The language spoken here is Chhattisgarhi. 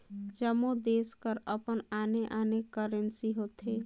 जम्मो देस कर अपन आने आने करेंसी होथे